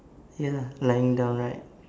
ya lying down right